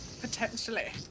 potentially